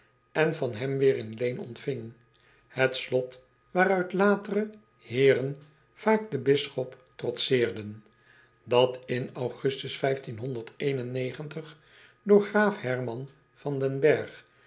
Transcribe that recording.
en van hem weêr in leen ontving het slot waaruit latere eeren vaak den bisschop trotseerden dat in ugustus door graaf erman van den erg